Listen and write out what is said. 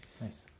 Nice